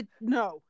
No